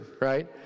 right